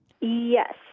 Yes